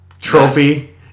trophy